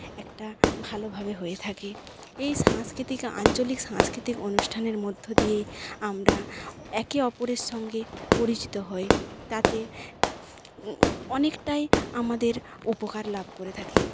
একটা ভালোভাবে হয়ে থাকে এই সাংস্কৃতিক আঞ্চলিক সাংস্কৃতিক অনুষ্ঠানের মধ্য দিয়েই আমরা একে অপরের সঙ্গে পরিচিত হয় তাতে অনেকটাই আমাদের উপকার লাভ করে থাকি